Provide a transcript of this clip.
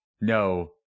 no